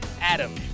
Adam